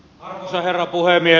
arvoisa herra puhemies